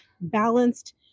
balanced